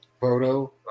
Photo